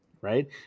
right